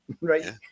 right